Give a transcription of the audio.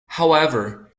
however